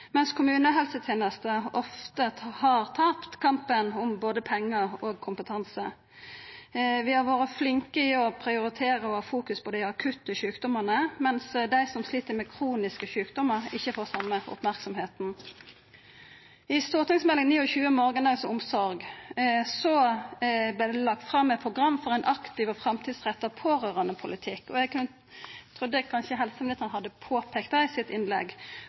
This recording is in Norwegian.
mens kommunehelsetenesta ofte har tapt kampen om både pengar og kompetanse. Vi har vore flinke til å prioritera og ha fokus på dei akutte sjukdommane, mens dei som slit med kroniske sjukdommar, ikkje har fått den same merksemda. I Meld. St. 29 for 2012–2013, Morgendagens omsorg, vart det lagt fram eit program for ein aktiv og framtidsretta pårørandepolitikk. Eg trudde kanskje helseministeren hadde peikt på dette i sitt innlegg,